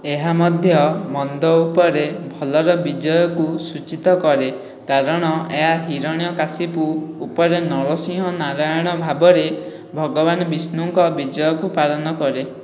ଏହା ମଧ୍ୟ ମନ୍ଦ ଉପରେ ଭଲର ବିଜୟକୁ ସୂଚିତ କରେ କାରଣ ଏହା ହିରଣ୍ୟକଶିପୁ ଉପରେ ନରସିଂହ ନାରାୟଣ ଭାବରେ ଭଗବାନ ବିଷ୍ଣୁଙ୍କ ବିଜୟକୁ ପାଳନ କରେ